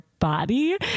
body